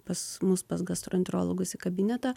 pas mus pas gastroenterologus į kabinetą